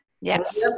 yes